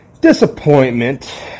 disappointment